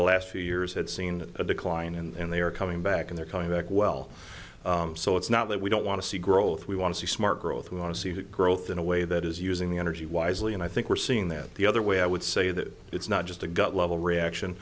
the last few years had seen a decline and they are coming back and they're coming back well so it's not that we don't want to see growth we want to see smart growth we want to see that growth in a way that is using the energy wisely and i think we're seeing that the other way i would say that it's not just a gut level reaction